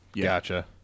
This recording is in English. Gotcha